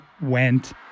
went